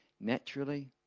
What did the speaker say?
naturally